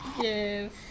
Yes